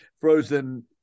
frozen